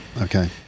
okay